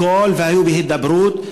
לכול, והם היו בהידברות.